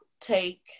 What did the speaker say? take